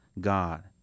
God